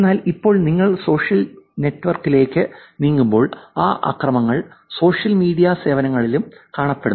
എന്നാൽ ഇപ്പോൾ നിങ്ങൾ സോഷ്യൽ നെറ്റ്വർക്കിലേക്ക് നീങ്ങുമ്പോൾ ഈ ആക്രമണങ്ങൾ സോഷ്യൽ മീഡിയ സേവനങ്ങളിലും കാണപ്പെടുന്നു